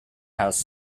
has